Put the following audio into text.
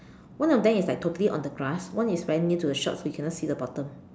one of them is like totally on the grass one is very near to the shop so you cannot see the bottom